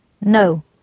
No